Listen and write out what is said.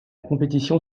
compétition